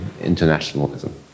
internationalism